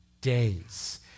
days